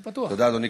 תודה, אדוני.